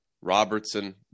Robertson